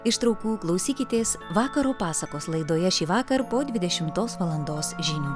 ištraukų klausykitės vakaro pasakos laidoje šįvakar po dvidešimtos valandos žinių